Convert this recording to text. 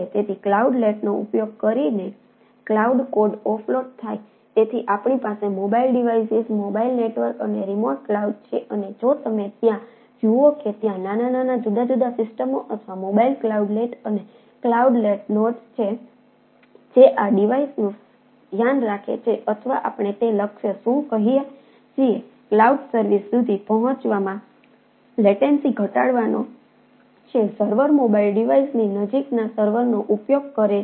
તેથી ક્લાઉલેટનો ઘટાડવાનો છે સર્વર્ મોબાઇલ ડિવાઇસની નજીકના સર્વર નો ઉપયોગ કરે છે